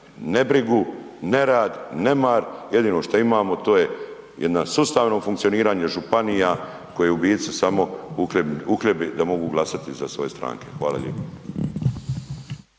nebrigu, nerad, nemar, jedino što imamo, to je jedna sustavno funkcioniranje županija, koje u biti se samo uhljebi da mogu glasati za svoje stranke. Hvala lijepo.